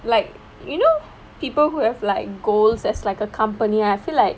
like you know people who have like goals as like a company I feel like